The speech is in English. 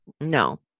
No